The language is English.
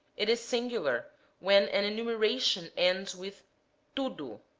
it is singular when an enumeration ends with tudo,